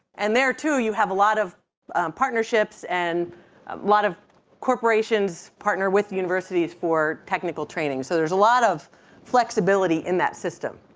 and there too you have a lot of partnerships and a lot of corporations partner with the universities for technical training. so there's a lot of flexibility in that system.